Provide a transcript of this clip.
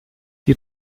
die